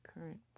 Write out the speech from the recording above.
current